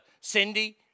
Cindy